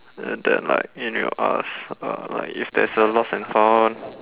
and then like email us um like if there's a lost and found